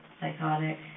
psychotic